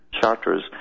Charters